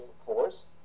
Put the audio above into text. force